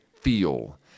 feel